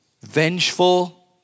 vengeful